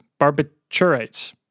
Barbiturates